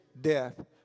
death